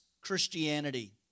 Christianity